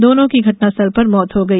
दोनो की घटनास्थल पर मौत हो गई